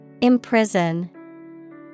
Imprison